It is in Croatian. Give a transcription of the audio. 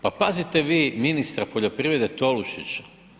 Pa pazite vi ministra poljoprivrede Tolušića.